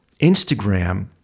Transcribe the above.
Instagram